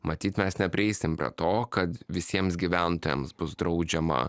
matyt mes neprieisim prie to kad visiems gyventojams bus draudžiama